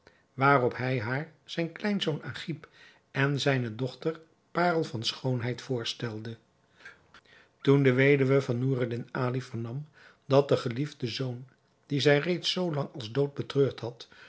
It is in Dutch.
waarop hij haar zijn kleinzoon agib en zijne dochter parel van schoonheid voorstelde toen de weduwe van noureddin ali vernam dat de geliefde zoon dien zij reeds zoo lang als dood betreurd had